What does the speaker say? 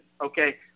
okay